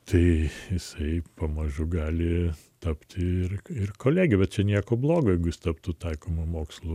tai jisai pamažu gali tapti ir ir kolege bet čia nieko blogo jeigu jis taptų taikoma mokslo